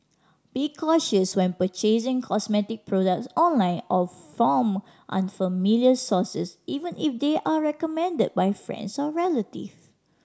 be cautious when purchasing cosmetic products online or from unfamiliar sources even if they are recommended by friends or relative